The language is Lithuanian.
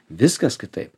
viskas kitaip